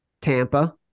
Tampa